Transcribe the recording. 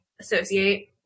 associate